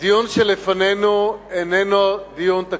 הדיון שלפנינו איננו דיון תקציבי.